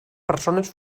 persones